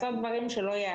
או שיש לך מה